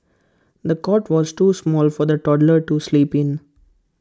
the cot was too small for the toddler to sleep in